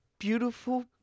Beautiful